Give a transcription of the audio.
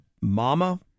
mama